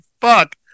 fuck